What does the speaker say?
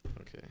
Okay